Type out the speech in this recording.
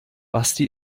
basti